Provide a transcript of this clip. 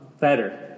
better